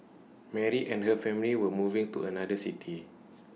Mary and her family were moving to another city